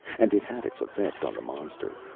and it had its effect on the monster.